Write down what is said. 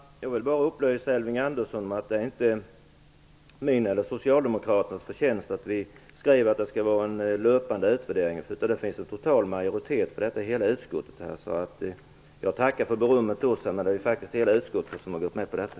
Herr talman! Jag vill bara upplysa Elving Andersson om att det inte är min eller Socialdemokraternas förtjänst att vi skrev att det skall ske en löpande utvärdering. Det finns en total majoritet i utskottet för det. Jag tackar för berömmet, men hela utskottet har gått med på detta.